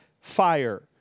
fire